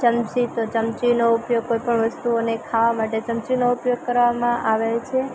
ચમચી તો ચમચીનો ઉપયોગ કોઈપણ વસ્તુઓને ખાવા માટે ચમચીનો ઉપયોગ કરવામાં આવે છે